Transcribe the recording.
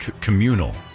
communal